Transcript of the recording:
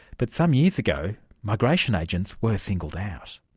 but some years ago migration agents were singled out.